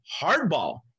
hardball